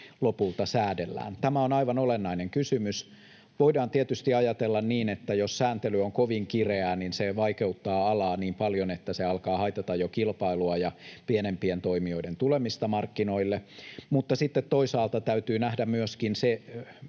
lopulta säädellään. Tämä on aivan olennainen kysymys. Voidaan tietysti ajatella, että jos sääntely on kovin kireää, se vaikeuttaa alaa niin paljon, että se alkaa haitata jo kilpailua ja pienempien toimijoiden tulemista markkinoille. Mutta toisaalta täytyy nähdä myöskin se,